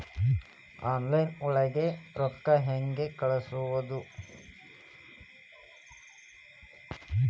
Online ಒಳಗಡೆ ರೊಕ್ಕ ಹೆಂಗ್ ಕಳುಹಿಸುವುದು?